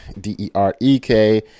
D-E-R-E-K